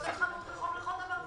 אלו חנויות רחוב לכל דבר ועניין.